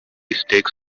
stakes